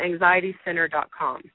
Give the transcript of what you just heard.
anxietycenter.com